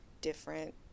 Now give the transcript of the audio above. different